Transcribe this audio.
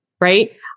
right